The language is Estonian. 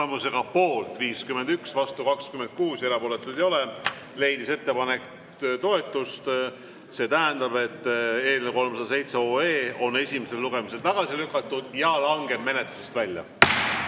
poolt 51, vastu 26, erapooletuid ei ole, leidis ettepanek toetust. See tähendab, et eelnõu 307 on esimesel lugemisel tagasi lükatud ja langeb menetlusest välja.